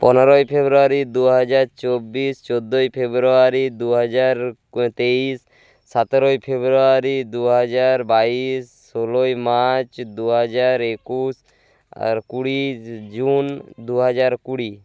পনেরোই ফেব্রুয়ারি দু হাজার চব্বিশ চোদ্দোই ফেব্রুয়ারি দু হাজার তেইশ সাতেরোই ফেব্রুয়ারি দু হাজার বাইশ ষোলোই মার্চ দু হাজার একুশ আর কুড়ি জুন দু হাজার কুড়ি